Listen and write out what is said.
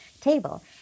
table